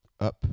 Up